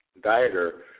dieter